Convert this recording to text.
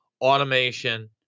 automation